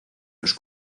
los